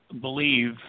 believe